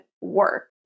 work